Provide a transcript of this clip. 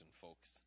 folks